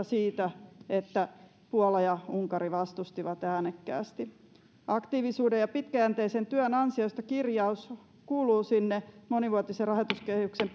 siitä että puola ja unkari vastustivat äänekkäästi aktiivisuuden ja pitkäjänteisen työn ansiosta kirjaus kuuluu sinne monivuotisen rahoituskehyksen